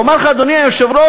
ואומר לך, אדוני היושב-ראש,